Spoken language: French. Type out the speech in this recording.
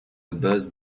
base